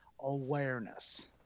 awareness